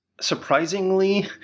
surprisingly